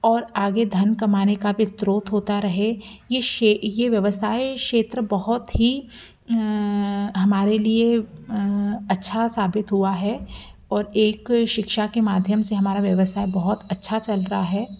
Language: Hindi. और आगे धन कमाने का भी स्रोत होता रहे ये ये व्यवसाय क्षेत्र बहोत ही हमारे लिए अच्छा साबित हुआ है और एक शिक्षा के माध्यम से हमारा व्यवसाय बहुत अच्छा चल रहा है